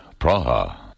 Praha